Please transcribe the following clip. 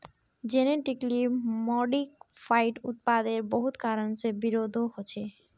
genetically modified उत्पादेर बहुत कारण से विरोधो होछे